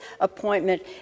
appointment